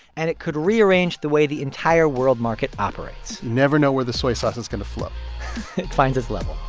and it could rearrange the way the entire world market operates never know where the soy sauce is going to flow it finds its level